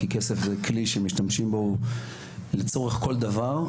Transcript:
כי כסף זה כלי שמשתמשים בו לצורך כל דבר.